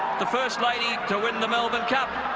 the first lady to win the melbourne cup.